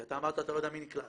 כי אתה אמרת שאתה לא יודע מי נקלט.